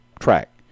track